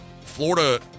Florida